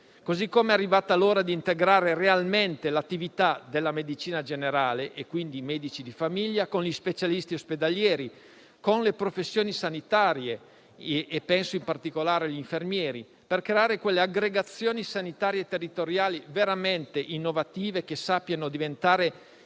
modo, è arrivata l'ora di integrare realmente l'attività della medicina generale - quindi i medici di famiglia - con gli specialisti ospedalieri, con le professioni sanitarie - penso, in particolare, agli infermieri - per creare quelle aggregazioni sanitarie territoriali veramente innovative, che sappiano diventare